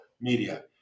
media